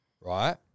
right